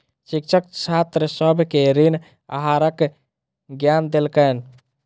शिक्षक छात्र सभ के ऋण आहारक ज्ञान देलैन